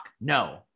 No